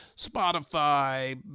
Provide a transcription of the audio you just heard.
Spotify